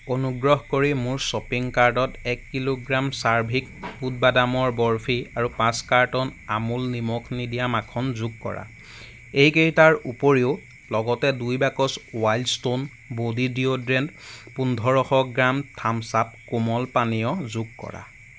অনুগ্ৰহ কৰি মোৰ শ্বপিং কাৰ্টত এক কিলোগ্ৰাম চাৰ্ভিক বুট বাদামৰ বৰ্ফি আৰু পাঁচ কাৰ্টন আমুল নিমখ নিদিয়া মাখন যোগ কৰা এইকেইটাৰ উপৰিও লগতে দুই বাকচ ৱাইল্ড ষ্টোন বডি ডিঅ'ড্ৰেণ্ট পোন্ধৰশ গ্ৰাম থাম্ছ আপ কোমল পানীয় যোগ কৰা